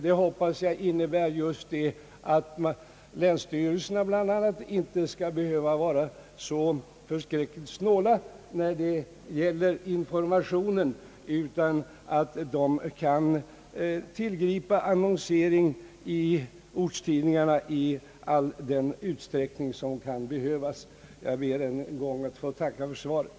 Jag hoppas att detta också innebär att länsstyrelserna inte skall behöva vara så snåla när det gäller informationen, utan att de kan tillgripa annonsering i ortstidningarna i all den utsträckning som kan erfordras. Jag ber ännu en gång att få tacka för svaret.